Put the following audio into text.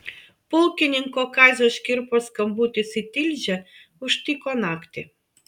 pulkininko kazio škirpos skambutis į tilžę užtiko naktį